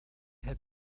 had